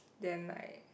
then like